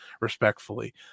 respectfully